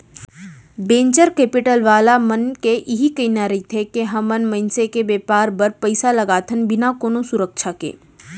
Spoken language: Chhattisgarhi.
वेंचर केपिटल वाला मन के इही कहिना रहिथे के हमन मनसे के बेपार बर पइसा लगाथन बिना कोनो सुरक्छा के